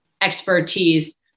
expertise